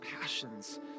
passions